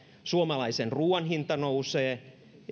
suomalaisen ruoan hinta nousee